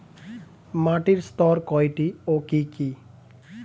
মাটির স্তর কয়টি ও কি কি?